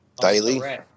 Daily